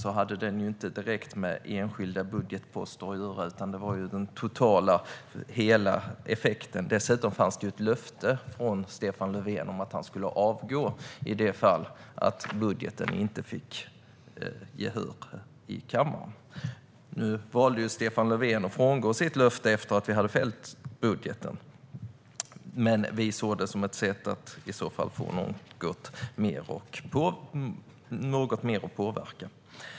Det handlade inte direkt om enskilda budgetposter, utan det var fråga om den totala effekten. Dessutom fanns ett löfte från Stefan Löfven om att han skulle avgå i det fall att budgeten inte fick gehör i kammaren. Nu valde ju Stefan Löfven att frångå sitt löfte efter att vi hade fällt budgeten, men vi såg det i alla fall som ett sätt att få något mer att påverka.